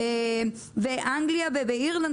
באנגליה ובאירלנד,